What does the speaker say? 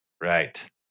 Right